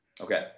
Okay